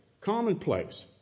commonplace